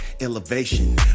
elevation